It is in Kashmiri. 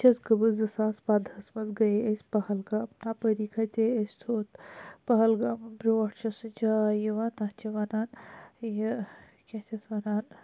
بہٕ چھس گٔمٕژ زٕ ساس پَندہس منٛز گٔے أسۍ پَہَلگام تپٲری کھٔتے أسۍ ہیٚور پَہَلگام برونٹھ چھِ سۄ جاے یِوان تَتھ چھ وَنان یہِ کیاہ چھِ اَتھ ونان